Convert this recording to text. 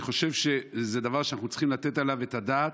אני חושב שזה דבר שאנחנו צריכים לתת עליו את הדעת.